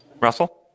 Russell